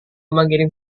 mengirim